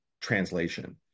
translation